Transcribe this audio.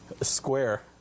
Square